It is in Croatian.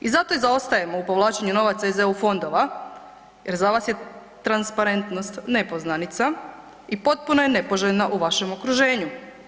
I zato i zaostajemo u povlačenju novaca iz EU fondova, jer za vas je transparentnost nepoznanica i potpuno je nepoželjna u vašem okruženju.